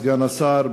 סגן השר,